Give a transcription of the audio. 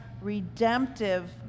redemptive